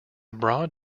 broad